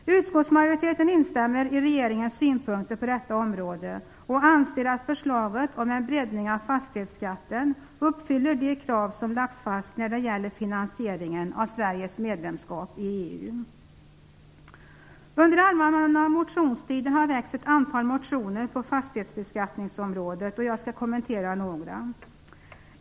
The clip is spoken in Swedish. Utskottsmajoriteten instämmer i regeringens synpunkter på detta område och anser att förslaget om en breddning av fastighetsskatten uppfyller de krav som lagts fast när det gäller finansieringen av Sveriges medlemskap i EU. Under den allmänna motionstiden har väckts ett antal motioner på fastighetsbeskattningsområdet. Jag skall kommentera några.